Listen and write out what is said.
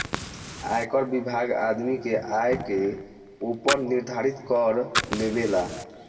आयकर विभाग आदमी के आय के ऊपर निर्धारित कर लेबेला